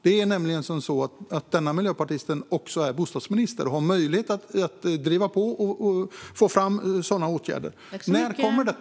Denne miljöpartist är nämligen också bostadsminister och har möjlighet att driva på och få fram sådana åtgärder. När kommer detta?